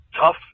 tough